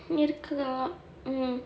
இருக்கலாம்:irukkalaam mmhmm